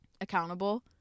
accountable